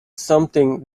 something